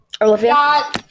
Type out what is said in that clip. Olivia